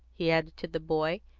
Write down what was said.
he added to the boy,